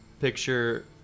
picture